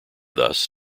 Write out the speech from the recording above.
thus